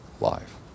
life